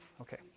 Okay